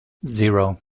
zero